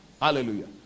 hallelujah